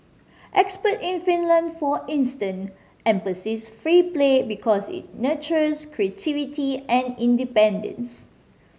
expert in Finland for instance emphasise free play because it nurtures creativity and independence